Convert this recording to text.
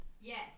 Yes